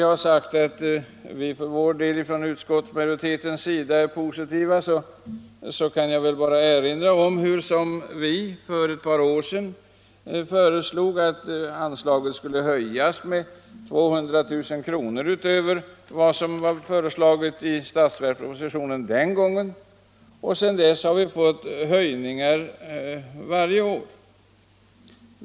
Jag har sagt att vi från utskottsmajoritetens sida är positiva och jag kan erinra om hur vi för ett par år sedan föreslog att anslaget till CAN skulle höjas med 200 000 kr. utöver vad som var föreslaget i statsverkspropositionen den gången. Sedan dess har det skett höjningar 147 varje år.